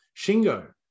Shingo